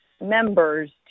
members